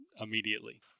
immediately